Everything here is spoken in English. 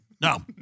No